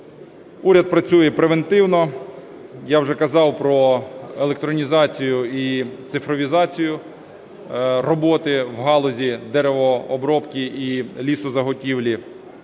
Уряд працює превентивно. Я вже казав про електронізацію і цифровізацію роботи в галузі деревообробки і лісозаготівлі.